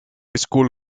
school